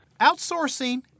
Outsourcing